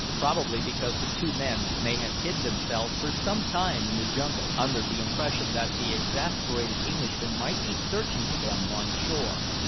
probably because the two men may have hid themselves for some time in the jungle, under the impression that the exasperated englishmen might be searching for them on shore.